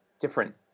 different